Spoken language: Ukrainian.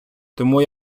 тому